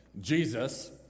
Jesus